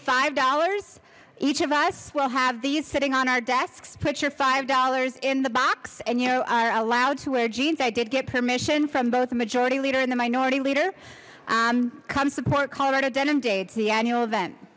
five dollars each of us will have these sitting on our desks put your five dollars in the box and you are allowed to wear jeans i did get permission from both the majority leader in the minority leader come support colorado denim dates the annual event